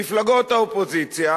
מפלגות האופוזיציה,